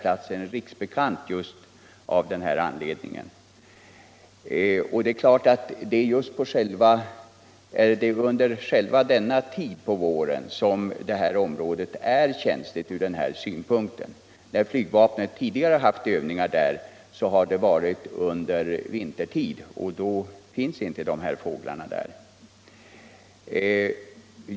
Platsen är riksbekant av den här anledningen. Det är just under denna tid på våren som området är känsligt från den här synpunkten. Tidigare flygvapenövningar på detta område har skett under vintertid, och då finns inte dessa fåglar där.